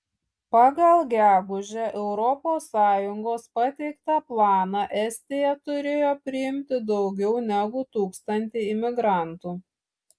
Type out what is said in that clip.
pagal gegužę europos sąjungos pateiktą planą estija turėjo priimti daugiau negu tūkstantį imigrantų